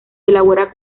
elabora